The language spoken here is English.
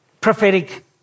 prophetic